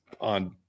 on